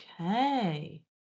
Okay